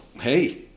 hey